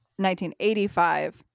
1985